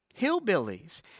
hillbillies